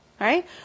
right